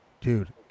dude